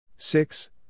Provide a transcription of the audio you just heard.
Six